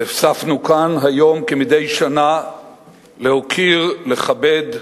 נאספנו כאן היום כמדי שנה להוקיר, לכבד,